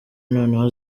noneho